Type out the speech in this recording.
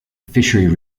fishery